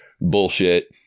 bullshit